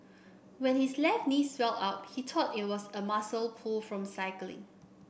when his left knee swelled up he thought it was a muscle pull from cycling